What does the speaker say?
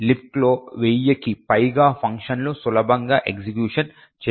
లిబ్క్లో వెయ్యికి పైగా ఫంక్షన్లు సులభంగా ఎగ్జిక్యూషన్ చేయబడతాయి